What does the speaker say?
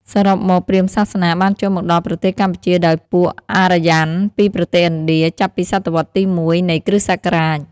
សរុបមកព្រាហ្មណ៍សាសនា បានចូលមកដល់ប្រទេសកម្ពុជាដោយពួកអារ្យ័នពីប្រទេសឥណ្ឌា ចាប់ពីសតវត្សរ៍ទី ១ នៃគ្រិស្តសករាជ។